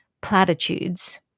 platitudes